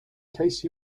case